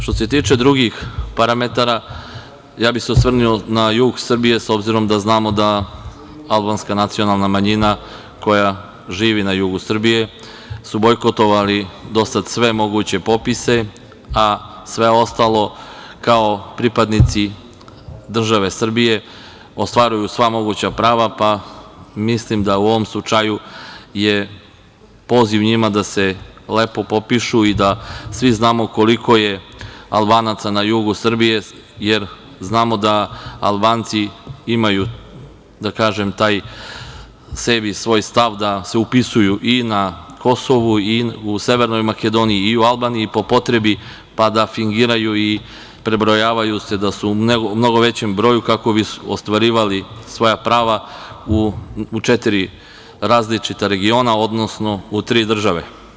Što se tiče drugih parametara, ja bih se osvrnuo na jug Srbije, s obzirom da znamo da albanska nacionalna manjina, koja živi na jugu Srbije, su bojkotovali do sad sve moguće popise, a sve ostalo, kao pripadnici države Srbije, ostvaruju sva moguća prava, pa mislim da u ovom slučaju je poziv njima da se lepo popišu i da svi znamo koliko je Albanaca na jugu Srbije, jer znamo da Albanci imaju, da kažem, taj stav da se upisuju i na Kosovu i u Severnoj Makedoniji i u Albaniji, po potrebi, pa da fingiraju i prebrojavaju se da su u mnogo većem broju kako bi ostvarivali svoja prava u četiri različita regiona, odnosno u tri države.